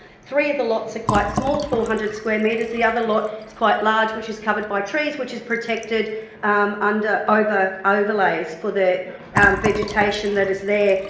three of the lots are quite small, four hundred square metres. the other lot is quite large which is covered by trees which is protected um under overlays for the vegetation that is there.